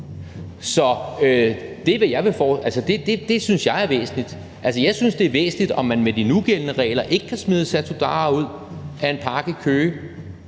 Det synes jeg er væsentligt. Jeg synes, det er væsentligt, om man med de nugældende regler ikke kan smide Satudarah ud af en park i Køge,